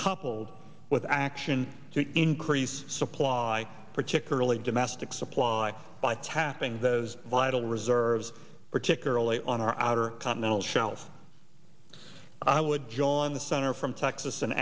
coupled with action to increase supply particularly domestic supply by tapping those vital reserves particularly on our outer continental shelf i would join the senator from texas and